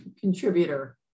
contributor